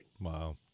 Wow